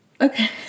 Okay